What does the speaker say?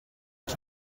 chi